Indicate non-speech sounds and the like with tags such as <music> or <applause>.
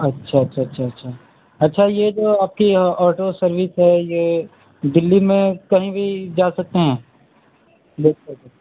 اچھا اچھا اچھا اچھا اچھا یہ جو آپ کی آٹو سروس ہے یہ دہلی میں کہیں بھی جا سکتے ہیں <unintelligible>